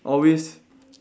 always